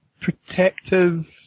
protective